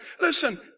Listen